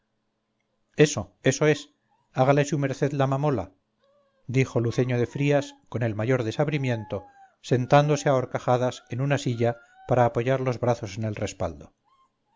eso eso es hágale su merced la mamola dijo luceño de frías con el mayor desabrimiento sentándose a horcajadas en una silla para apoyar los brazos en el respaldo